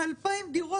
זה 2,000 דירות.